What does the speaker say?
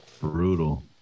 Brutal